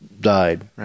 died